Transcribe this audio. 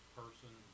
person